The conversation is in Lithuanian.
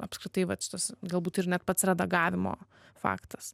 apskritai vat šitas galbūt ir net pats redagavimo faktas